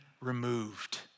removed